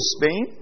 Spain